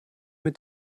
mit